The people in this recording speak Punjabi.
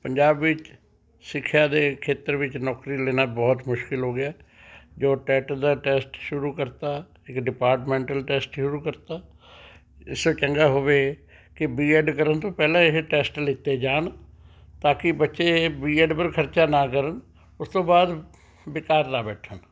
ਪੰਜਾਬ ਵਿੱਚ ਸਿੱਖਿਆ ਦੇ ਖੇਤਰ ਵਿੱਚ ਨੌਕਰੀ ਲੈਣਾ ਬਹੁਤ ਮੁਸ਼ਕਿਲ ਹੋ ਗਿਆ ਜੋ ਟੈੱਟ ਦਾ ਟੈਸਟ ਸ਼ੁਰੂ ਕਰਤਾ ਇੱਕ ਡਿਪਾਰਟਮੈਂਟਲ ਟੈਸਟ ਸ਼ੁਰੂ ਕਰਤਾ ਦਿੱਤਾ ਇਸ ਤੋਂ ਚੰਗਾ ਹੋਵੇ ਕਿ ਬੀ ਐੱਡ ਕਰਨ ਤੋਂ ਪਹਿਲਾਂ ਇਹ ਟੈਸਟ ਲੀਤੇ ਲਏ ਜਾਣ ਤਾਂ ਕਿ ਬੱਚੇ ਬੀ ਐੱਡ ਪਰ ਖਰਚਾ ਨਾਂ ਕਰਨ ਉਸ ਤੋਂ ਬਾਅਦ ਬੇਕਾਰ ਨਾਂ ਬੈਠਣ